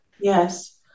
Yes